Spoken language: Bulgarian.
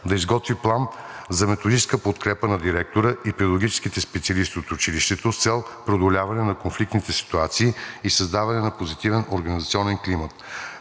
да изготви план за методическа подкрепа на директора и педагогическите специалисти от училището с цел преодоляване на конфликтните ситуации и създаване на позитивен организационен климат.